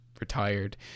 retired